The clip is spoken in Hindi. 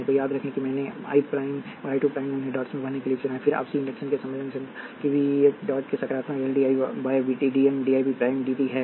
तो याद रखें कि मैंने 1 प्राइम और आई 2 प्राइम ने उन्हें डॉट्स में बहने के लिए चुना है फिर आपसी इंडक्शन के सम्मेलन से मुझे पता है कि वी एक डॉट के साथ सकारात्मक है यह L 1 D I L prime by D T M D I 2 prime D है टी